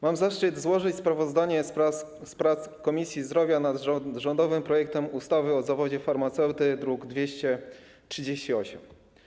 Mam zaszczyt złożyć sprawozdanie z prac Komisji Zdrowia nad rządowym projektem ustawy o zawodzie farmaceuty, druk nr 238.